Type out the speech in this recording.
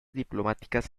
diplomáticas